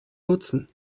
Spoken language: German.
nutzen